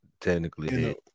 technically